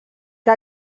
que